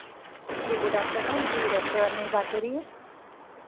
जी good afternoon जी restaurant में ही बात हो रही है